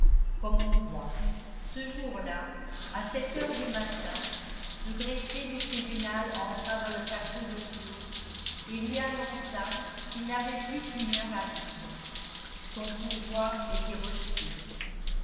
comme on voit ce jour-là à sept heures du matin le greffier du tribunal entra dans le cachot de claude et lui annonça qu'il n'avait plus qu'une heure à vivre son pourvoi était rejeté